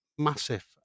Massive